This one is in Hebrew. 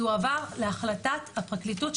זה הועבר להחלטת הפרקליטות,